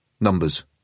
Numbers